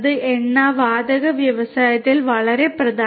എണ്ണ വാതക വ്യവസായം